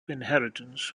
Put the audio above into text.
inheritance